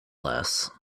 less